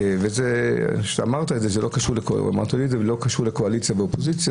אמרת שזה לא קשור לקואליציה ואופוזיציה,